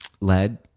lead